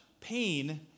pain